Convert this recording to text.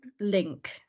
link